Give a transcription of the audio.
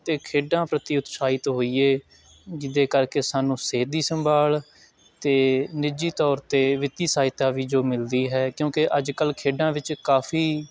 ਅਤੇ ਖੇਡਾਂ ਪ੍ਰਤੀ ਉਤਸ਼ਾਹਿਤ ਹੋਈਏ ਜਿਹਦੇ ਕਰਕੇ ਸਾਨੂੰ ਸਿਹਤ ਦੀ ਸੰਭਾਲ ਅਤੇ ਨਿੱਜੀ ਤੌਰ 'ਤੇ ਵਿੱਤੀ ਸਹਾਇਤਾ ਵੀ ਜੋ ਮਿਲਦੀ ਹੈ ਕਿਉਂਕਿ ਅੱਜ ਕੱਲ੍ਹ ਖੇਡਾਂ ਵਿੱਚ ਕਾਫੀ